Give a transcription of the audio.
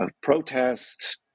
protests